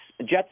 Jets